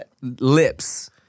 lips